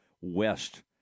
West